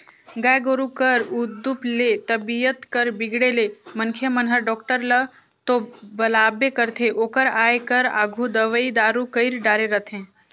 गाय गोरु कर उदुप ले तबीयत कर बिगड़े ले मनखे मन हर डॉक्टर ल तो बलाबे करथे ओकर आये कर आघु दवई दारू कईर डारे रथें